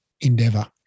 endeavor